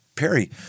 Perry